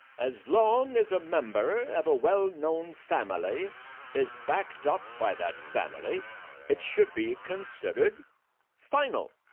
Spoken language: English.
as long as a member of a well-known family is backed up by that family it should be considered final.